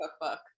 cookbook